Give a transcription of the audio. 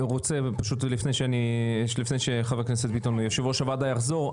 לפני שחבר הכנסת ביטון יושב-ראש הוועדה יחזור,